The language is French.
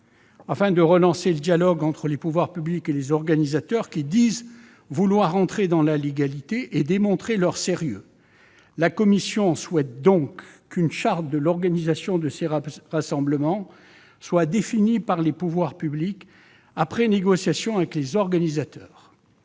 Afin de relancer le dialogue entre les pouvoirs publics et les organisateurs, qui disent vouloir entrer dans la légalité et démontrer leur sérieux, la commission souhaite qu'une charte de l'organisation de ces rassemblements soit définie par les pouvoirs publics après négociation avec les organisateurs.